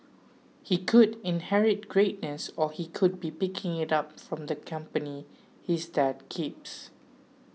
he could inherit greatness or he could be picking it up from the company his dad keeps